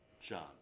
John